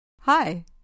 Hi